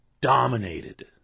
dominated